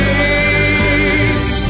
face